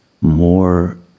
more